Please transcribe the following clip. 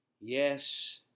Yes